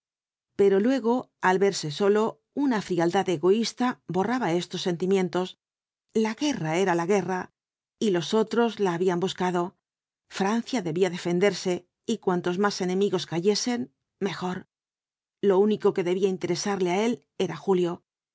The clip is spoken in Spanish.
pero luego al verse solo una frialdad egoísta borraba estos sentimientos la guerra era la guerra y los otros la habían buscado francia debía defenderse y cuantos más enemigos cayesen mejor lo único que debía interesarle á él era julio